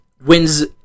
Wins